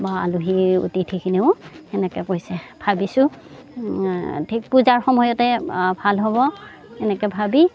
মই আলহী অতিথিখিনিয়েও সেনেকৈ কৈছে ভাবিছোঁ ঠিক পূজাৰ সময়তে ভাল হ'ব এনেকৈ ভাবি